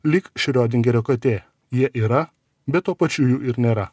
lyg šrioderio katė jie yra bet tuo pačiu jų ir nėra